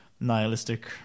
nihilistic